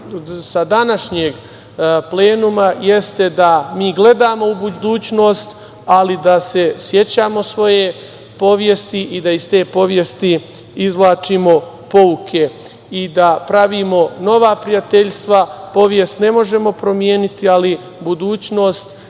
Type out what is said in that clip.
sa današnjeg plenuma jeste da mi gledamo u budućnost, ali da se sećamo svoje povjesti i da iz te povjesti izvlačimo pouke i da pravimo nova prijateljstva. Povjest ne možemo promeniti, ali budućnost